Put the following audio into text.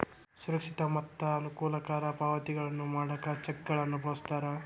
ಸುರಕ್ಷಿತ ಮತ್ತ ಅನುಕೂಲಕರ ಪಾವತಿಗಳನ್ನ ಮಾಡಾಕ ಚೆಕ್ಗಳನ್ನ ಬಳಸ್ತಾರ